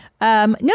No